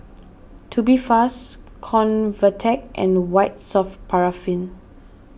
Tubifast Convatec and White Soft Paraffin